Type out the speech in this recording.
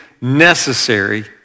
necessary